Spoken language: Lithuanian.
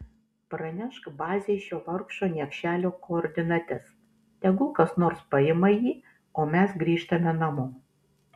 pranešk bazei šio vargšo niekšelio koordinates tegul kas nors paima jį o mes grįžtame namo